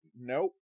nope